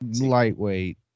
Lightweight